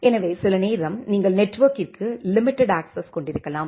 எனவே சில நேரம் நீங்கள் நெட்வொர்க்கிற்கு லிமிடெட் அக்சஸ் கொண்டிருக்கலாம்